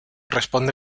responde